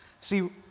See